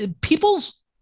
People's